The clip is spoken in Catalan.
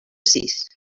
sis